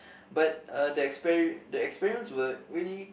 but uh the experi~ the experiments were really